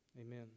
Amen